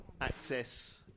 access